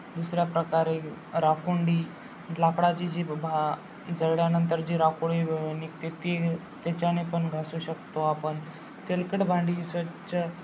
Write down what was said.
दुसऱ्या प्रकारे राखुंडी लाकडाची जी भा जळल्यानंतर जी राखोळी निघते ती त्याच्याने पण घासू शकतो आपण तेलकट भांडी स्वच्छ